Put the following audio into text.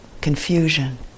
confusion